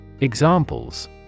Examples